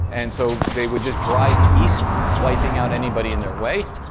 and so, they would just drive east wiping out anybody in their way.